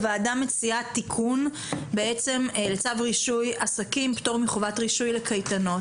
הוועדה מציעה תיקון בעצם לצו רישוי עסקים (פטור מחובת רישוי לקייטנות).